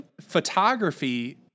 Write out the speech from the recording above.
photography